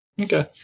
Okay